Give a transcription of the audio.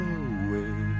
away